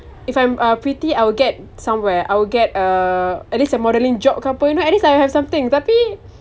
if I'm uh pretty I will get somewhere I would get uh at least a modelling job ke apa you know at least I have something tapi